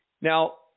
Now